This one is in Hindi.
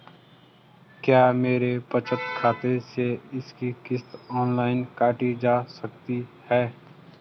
क्या मेरे बचत खाते से इसकी किश्त ऑनलाइन काटी जा सकती है?